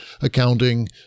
accounting